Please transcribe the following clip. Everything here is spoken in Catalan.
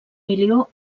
milió